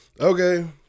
Okay